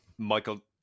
Michael